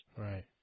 Right